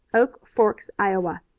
oak forks, iowa.